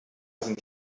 sind